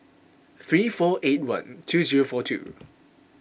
three four eight one two zero four two